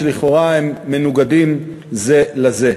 שלכאורה הם מנוגדים זה לזה.